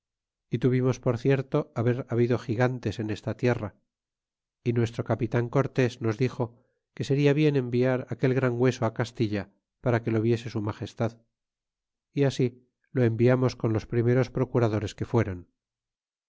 y tuvimos por cierto haber habido gigantes en esta tierra y nuestro capitan cortés nos dixo que seria bien enviar aquel gran hueso castilla para que lo viese su magestad y asi lo enviamos con los primeros procuradores que fueron